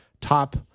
top